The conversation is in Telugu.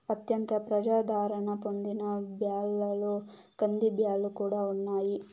అత్యంత ప్రజాధారణ పొందిన బ్యాళ్ళలో కందిబ్యాల్లు కూడా ఉన్నాయి